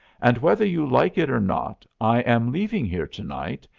and whether you like it or not, i am leaving here to-night,